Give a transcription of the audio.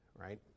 right